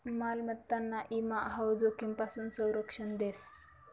मालमत्ताना ईमा हाऊ जोखीमपासून संरक्षण देस